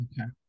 Okay